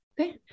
Okay